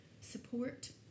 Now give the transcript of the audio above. support